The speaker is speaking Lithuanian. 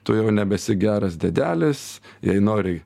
tu jau nebesi geras diedelis jei nori